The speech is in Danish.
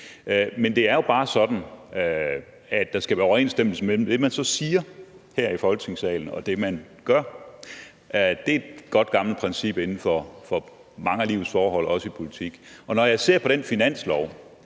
Men det er jo bare sådan, at der skal være overensstemmelse mellem det, man så siger her i Folketingssalen, og det, man gør. Det er et godt gammelt princip inden for mange af livets forhold, også i politik, og når jeg ser på den finanslov,